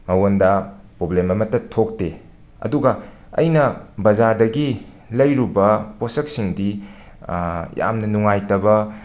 ꯃꯉꯣꯟꯗ ꯄꯣꯕ꯭ꯂꯦꯝ ꯑꯃꯇ ꯊꯣꯛꯇꯦ ꯑꯗꯨꯒ ꯑꯩꯅ ꯕꯖꯥꯔꯗꯒꯤ ꯂꯩꯔꯨꯕ ꯄꯣꯁꯛꯁꯤꯡꯗꯤ ꯌꯥꯝꯅ ꯅꯨꯡꯉꯥꯏꯇꯕ